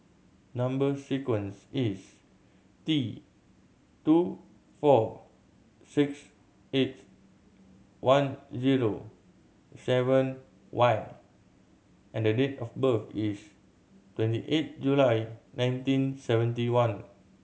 number sequence is T two four six eight one zero seven Y and the date of birth is twenty eight July nineteen seventy one